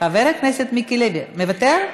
חבר הכנסת מיקי לוי, מוותר?